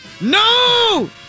No